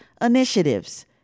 initiatives